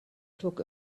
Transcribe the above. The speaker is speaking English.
took